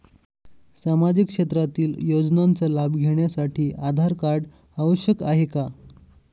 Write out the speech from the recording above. सामाजिक क्षेत्रातील योजनांचा लाभ घेण्यासाठी आधार कार्ड आवश्यक आहे का?